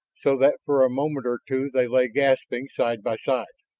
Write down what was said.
so that for a moment or two they lay gasping, side by side.